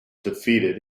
defeated